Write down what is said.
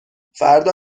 فردا